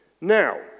Now